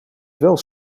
wel